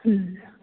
ਠੀਕ ਹੈ